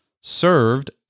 Served